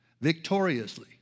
victoriously